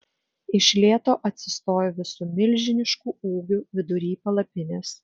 iš lėto atsistojo visu milžinišku ūgiu vidury palapinės